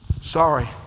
Sorry